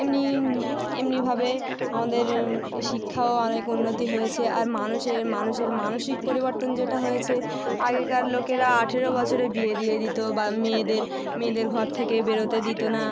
এমনি এমনিভাবে আমাদের শিক্ষাও অনেক উন্নতি হয়েছে আর মানুষের মানুষের মানসিক পরিবর্তন যেটা হয়েছে আগেকার লোকেরা আঠেরো বছরে বিয়ে দিয়ে দিতো বা মেয়েদের মেয়েদের ঘর থেকে বেরোতে দিতো না